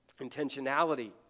intentionality